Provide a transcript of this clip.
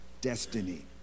destiny